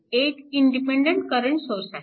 एक independent current source आहे